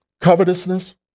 covetousness